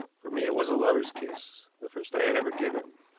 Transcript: for me it was a lover's kiss, the first i had ever given.